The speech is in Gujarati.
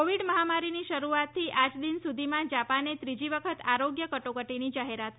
કોવિડ મહામારીની શરૂઆતથી આજ દિન સુધીમાં જાપાને ત્રીજી વખત આરોગ્ય કટોકટીની જાહેરાત કરી છે